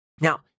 Now